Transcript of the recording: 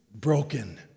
broken